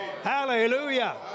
Hallelujah